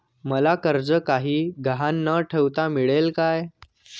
मला कर्ज काही गहाण न ठेवता मिळेल काय?